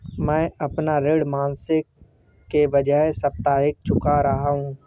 मैं अपना ऋण मासिक के बजाय साप्ताहिक चुका रहा हूँ